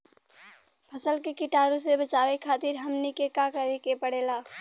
फसल के कीटाणु से बचावे खातिर हमनी के का करे के पड़ेला?